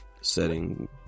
setting